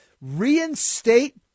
Reinstate